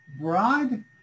Broad